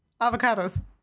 Avocados